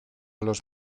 los